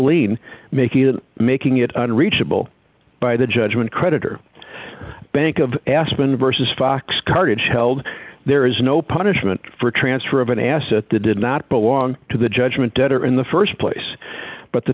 lien making it making it unreachable by the judgment creditor bank of aspen versus fox cartage held there is no punishment for transfer of an asset the did not belong to the judgment debtor in the st place but the